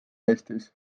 eestis